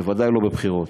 בוודאי לא בבחירות.